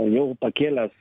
jau pakėlęs